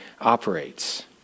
operates